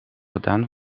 gedaan